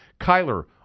Kyler